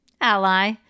Ally